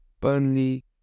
Burnley